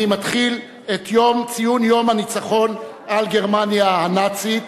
מתחיל את ציון יום הניצחון על גרמניה הנאצית.